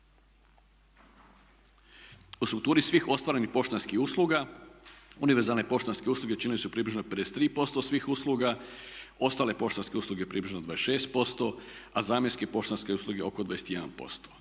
U strukturi svi ostvarenih poštanskih usluga univerzalne poštanske usluge činile su približno 53% svih usluga, ostale poštanske usluge približno 26% a zamjenske poštanske usluge oko 21%.